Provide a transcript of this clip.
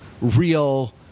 real